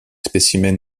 spécimens